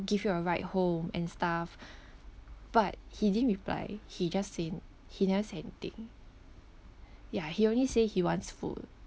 give you a ride home and stuff but he didn't reply he just say he never say anything ya he only say he wants food